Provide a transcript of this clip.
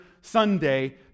sunday